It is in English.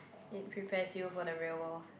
it prepares you for the real world